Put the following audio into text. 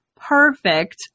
perfect